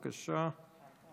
בבקשה,